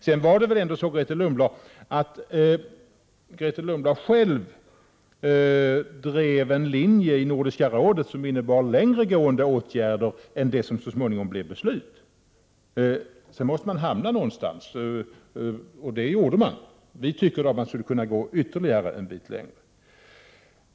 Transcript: Det var väl så att Grethe Lundblad själv drev en linje i Nordiska rådet som innebar längre gående åtgärder än de som så småningom beslutades. Vi i centerpartiet tycker att man skulle ha kunnat gå ytterligare en bit längre.